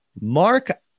Mark